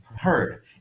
heard